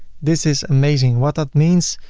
this is amazing. what that means,